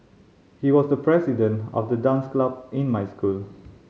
he was the president of the dance club in my school